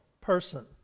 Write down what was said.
person